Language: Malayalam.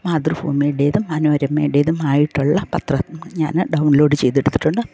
മാതൃഭൂമിയുടെതും മനോരംമയുടേതും ആയിട്ടുള്ള പത്രം ഞാൻ ഡൗൺലോഡ് ചെയ്തെടുത്തിട്ടുണ്ട് അപ്പോൾ